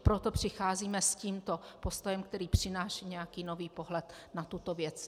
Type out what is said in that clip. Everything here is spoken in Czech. Proto přicházíme s tímto postojem, který přináší nějaký nový pohled na tuto věc.